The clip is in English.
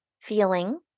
feeling